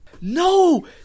No